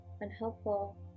unhelpful